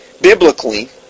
biblically